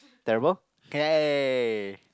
terrible aye